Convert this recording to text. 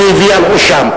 מי הביא על ראשם.